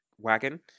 wagon